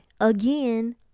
again